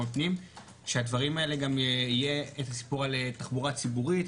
הפנים שהדברים האלה יהיו על תחבורה ציבורית,